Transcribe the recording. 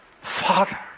Father